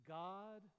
god